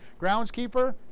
groundskeeper